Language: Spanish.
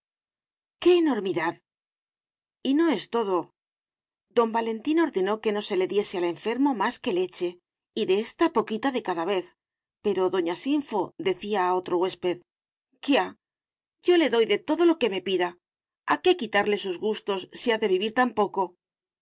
qué enormidad y no es todo don valentín ordenó que no se le diese al enfermo más que leche y de ésta poquita de cada vez pero doña sinfo decía a otro huésped quia yo le doy de todo lo que me pida a qué quitarle sus gustos si ha de vivir